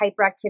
hyperactivity